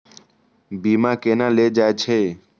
बीमा केना ले जाए छे?